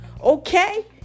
Okay